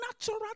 Natural